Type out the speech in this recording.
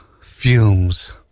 fumes